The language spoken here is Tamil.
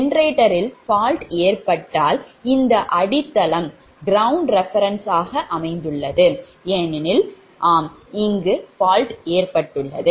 ஜெனரேட்டரில் fault ஏற்பட்டால் இந்த அடித்தளம் reference ஆக அமைந்துள்ளது ஏனெனில் ஆம் இங்கு fault ஏற்பட்டுள்ளது